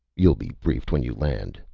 you'll be briefed when you land,